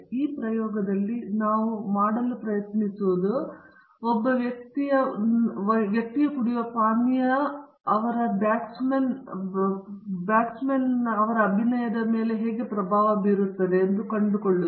ಮತ್ತು ಈ ಪ್ರಯೋಗದಲ್ಲಿ ನಾವು ಮಾಡಲು ಪ್ರಯತ್ನಿಸುತ್ತಿರುವವರು ಒಬ್ಬ ವ್ಯಕ್ತಿಯನ್ನು ಹೊಂದಿರುವ ಪಾನೀಯದ ಬಗೆ ಅಥವಾ ಬ್ಯಾಟ್ಸ್ಮನ್ ಅವರ ಅಭಿನಯವನ್ನು ಪ್ರಭಾವ ಬೀರಲು ಹೊರಬರುವ ಮೊದಲು ಎಂಬುದನ್ನು ಕಂಡುಕೊಳ್ಳುವುದು